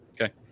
Okay